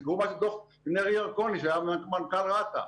תקראו את דוח נרי ירקוני שהיה מנכ"ל רת"א.